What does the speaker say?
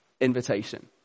invitation